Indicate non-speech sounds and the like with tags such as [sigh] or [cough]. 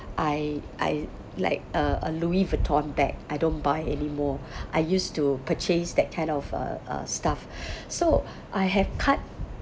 [breath] you know [breath] I I like uh uh Louis Vuitton bag I don't buy anymore [breath] I used to purchase that kind of uh uh stuff [breath] so I have cut